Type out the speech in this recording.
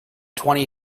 twenty